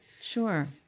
Sure